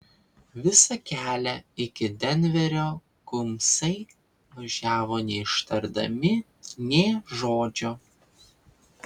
visą kelią iki denverio kumbsai važiavo neištardami nė žodžio